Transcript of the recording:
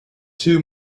two